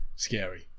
Scary